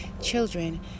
children